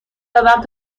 زدم